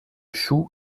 chou